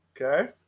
Okay